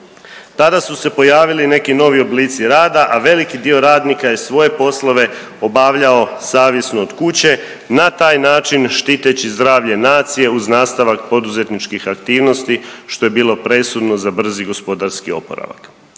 Tada su se pojavili neki novi oblici rada, a veliki dio radnika je svoje poslove obavljao savjesno od kuće na taj način štiteći zdravlje nacije uz nastavak poduzetničkih aktivnosti što je bilo presudno za brzi gospodarski oporavak.